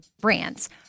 brands